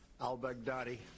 al-Baghdadi